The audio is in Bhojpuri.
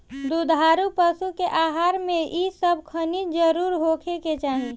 दुधारू पशु के आहार में इ सब खनिज जरुर होखे के चाही